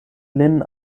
lin